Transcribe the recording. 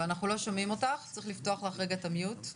ומי שיש לו 50% או 40%